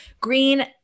Green